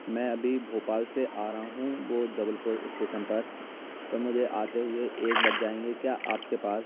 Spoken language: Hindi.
मैं अभी भोपाल से आ रहा हूँ वो जबलपुर इस्टेसन पर तो मुझे आते हुए एक बज जाएंगे क्या आपके पास